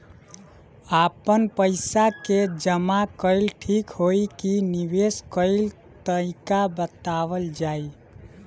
आपन पइसा के जमा कइल ठीक होई की निवेस कइल तइका बतावल जाई?